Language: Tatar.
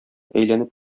әйләнеп